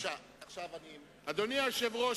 אדוני היושב-ראש,